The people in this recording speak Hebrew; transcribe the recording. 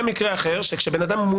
היה מקרה אחר שכשבן אדם,